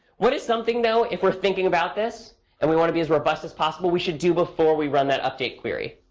what is something though if we're thinking about this and we want to be as robust as possible we should do before we run that update query?